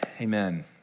Amen